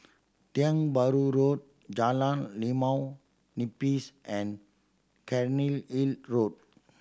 Tiong Bahru Road Jalan Limau Nipis and Cairnhill Road